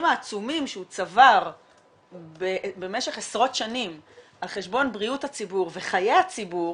העצומים שהוא צבר במשך עשרות שנים על חשבון בריאות הציבור וחיי הציבור